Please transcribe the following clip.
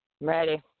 Ready